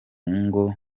ngo